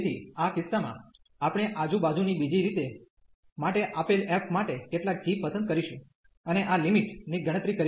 તેથી આ કિસ્સામાં આપણે આજુબાજુની બીજી રીત માટે આપેલ f માટે કેટલાક g પસંદ કરીશું અને આ લિમિટ ની ગણતરી કરીશું